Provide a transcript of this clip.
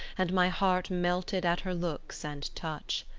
and my heart melted at her looks and touch.